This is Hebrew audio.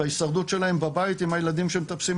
בהישרדות שלהם בבית עם הילדים שמטפסים